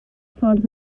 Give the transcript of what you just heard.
ffordd